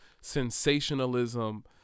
sensationalism